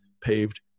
paved